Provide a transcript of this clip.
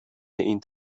این